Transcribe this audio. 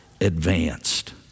advanced